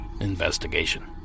investigation